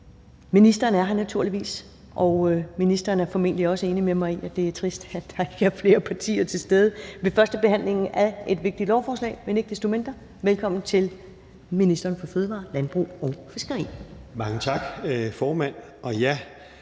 Ministeren er her naturligvis, og ministeren er formentlig også enig med mig i, at det er trist, at der ikke er flere partier til stede ved førstebehandlingen af et vigtigt lovforslag, men ikke desto mindre velkommen til ministeren for fødevarer, landbrug og fiskeri. Kl. 10:10 Ministeren